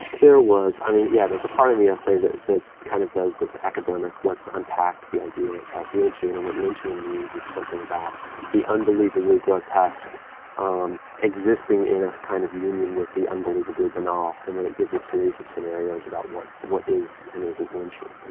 there was, i mean, yeah, there's a part in the essay that kind of does this academic let's unpack the idea of lynchian and what lynchian means is something about the unbelievably grotesque existing in a kind of union with the unbelievably banal, and then it gives a series of scenarios about what, what is and what isn't lynchian.